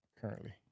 Currently